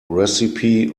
recipe